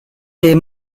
des